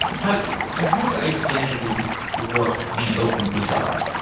how how does identity work in openbazaar?